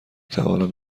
توانم